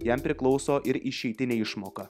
jam priklauso ir išeitinė išmoka